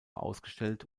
ausgestellt